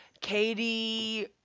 Katie